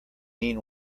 mean